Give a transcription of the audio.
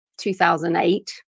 2008